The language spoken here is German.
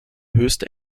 höchste